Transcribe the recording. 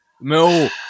No